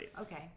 Okay